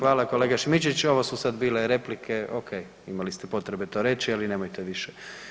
Hvala kolega Šimičević, ovo su sad bile replike, okej, imali ste potrebe to reći, ali nemojte više.